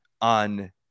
on